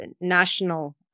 national